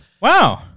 Wow